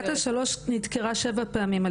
2022 ואנחנו נדון היום שנושא של הצטרפות ישראל